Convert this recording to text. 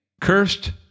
Cursed